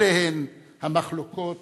אלה הן המחלוקות